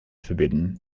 forbidden